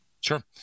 Sure